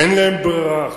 אין להם ברירה אחרת.